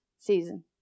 season